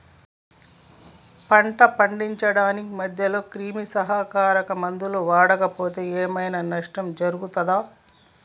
పంట పండించడానికి మధ్యలో క్రిమిసంహరక మందులు వాడకపోతే ఏం ఐనా నష్టం జరుగుతదా?